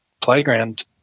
playground